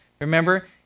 Remember